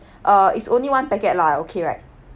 uh is only one packet lah okay right